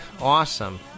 awesome